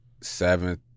seventh